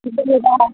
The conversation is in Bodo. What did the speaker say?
जेनैबा